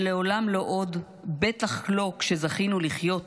שלעולם לא עוד, בטח לא כשזכינו לחיות